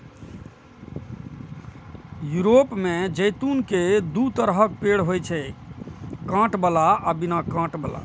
Europe मे जैतून के दू तरहक पेड़ होइ छै, कांट बला आ बिना कांट बला